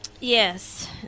yes